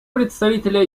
представителя